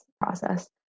process